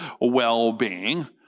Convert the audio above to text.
well-being